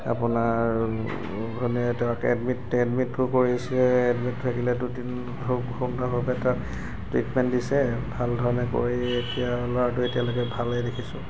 আপোনাৰ মানে তেওঁক এডমিটো কৰিছে এডমিটটো থাকিলে দুদিন খুব সুন্দৰভাৱে তাক ট্ৰিটমেণ্ট দিছে ভালধৰণে কৰি এতিয়া ল'ৰাটো কেতিয়ালৈকে ভালেই দেখিছোঁ